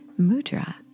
mudra